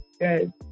good